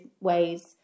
ways